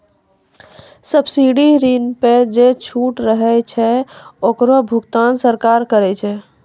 subsidy ऋण पर जे छूट रहै छै ओकरो भुगतान सरकार करै छै